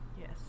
Yes